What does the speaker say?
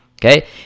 Okay